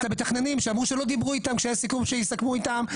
המתכננים שאמרו שלא דיברו איתם כשהיה סיכום שיסכמו איתם,